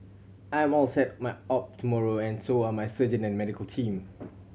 I'm all set my op tomorrow and so are my surgeon and medical team